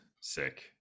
sick